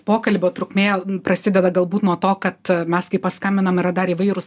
pokalbio trukmė prasideda galbūt nuo to kad mes kai paskambinam yra dar įvairūs